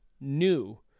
new